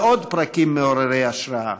לעוד פרקים מעוררי השראה,